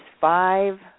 five